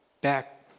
back